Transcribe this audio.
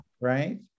right